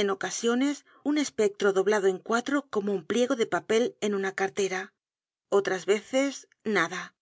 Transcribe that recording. en ocasiones un espectro doblado en cuatro como un pliego de papel en una cartera otras veces nada